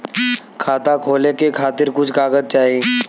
खाता खोले के खातिर कुछ कागज चाही?